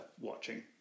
watching